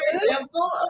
example